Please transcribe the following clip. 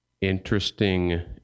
interesting